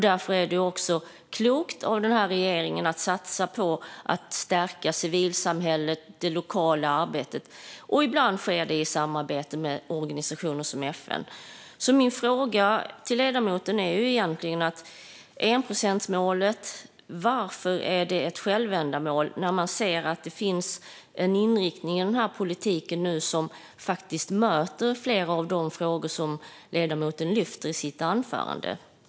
Därför är det klokt av regeringen att satsa på att stärka civilsamhället och det lokala arbetet. Ibland sker detta i samarbete med organisationer som FN. Min fråga till ledamoten är: Varför är enprocentsmålet ett självändamål när man ser att det nu finns en inriktning i politiken som möter flera av de frågor som ledamoten lyfte upp i sitt anförande?